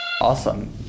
Awesome